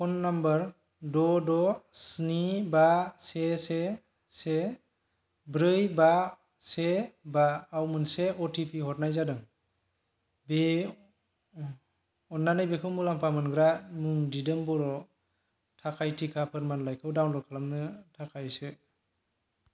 phone number द' द' स्नि बा से से से ब्रै बा से बा आव मोनसे अ टि पि हरनाय जादों अन्नानै बेखौ मुलाम्फा मोनग्रा मुं दिदोम बर'नि थाखाय टिका फोरमानलाइखौ डाउनल'ड खालामनो थाखाय सो